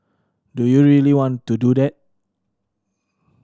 do you really want to do that